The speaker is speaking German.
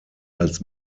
als